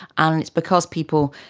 and it's because people,